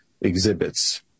exhibits